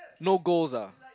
no goals ah